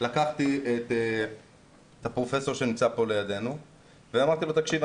לקחתי את הפרופסור שנמצא כאן ואמרתי לו 'תקשיב,